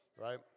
right